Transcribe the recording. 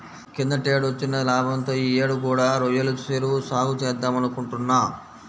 కిందటేడొచ్చిన లాభంతో యీ యేడు కూడా రొయ్యల చెరువు సాగే చేద్దామనుకుంటున్నా